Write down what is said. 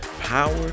power